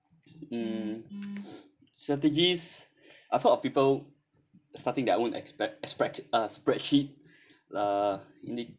mm strategies I've heard of people starting their own expe~ a spre~ a spreadsheet uh in the